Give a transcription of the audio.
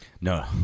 No